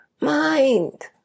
mind